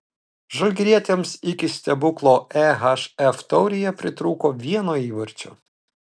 žalgirietėms iki stebuklo ehf taurėje pritrūko vieno įvarčio